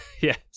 Yes